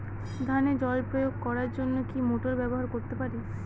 ধানে জল প্রয়োগ করার জন্য কি মোটর ব্যবহার করতে পারি?